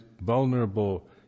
vulnerable